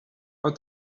but